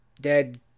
dead